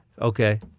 Okay